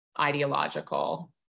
ideological